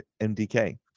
MDK